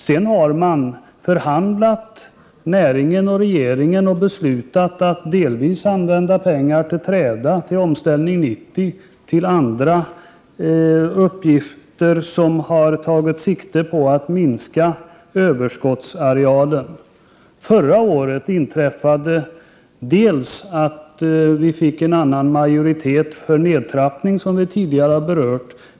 Sedan har näringen och regeringen förhandlat och beslutat att använda pengar till träda, till Omställning 90 och till andra uppgifter som har tagit sikte på att minska överskottsarealen. Förra året inträffade det att vi fick en annan majoritet för nedtrappning, vilket vi tidigare har berört.